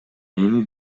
эми